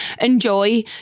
enjoy